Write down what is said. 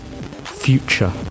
future